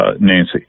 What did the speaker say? Nancy